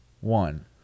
one